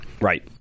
Right